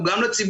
הוא גם לציבור,